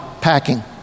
packing